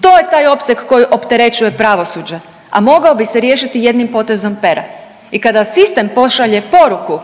to je taj opseg koji opterećuje pravosuđe, a mogao bi se riješiti jednim potezom pera i kada sistem pošalje poruku